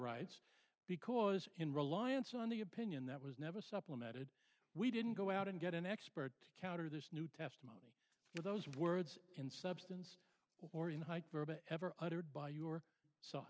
rights because in reliance on the opinion that was never supplemented we didn't go out and get an expert to counter this new testimony if those words in substance or in height verb ever uttered by your so